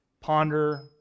ponder